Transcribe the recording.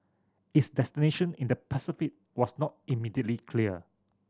its destination in the Pacific was not immediately clear